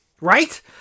Right